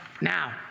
now